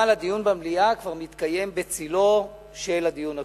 אבל הדיון במליאה כבר מתקיים בצלו של הדיון הקודם.